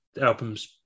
albums